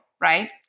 right